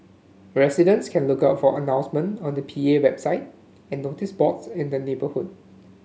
residents can look out for announcement on the P A website and notice boards in the neighbourhood